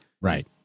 Right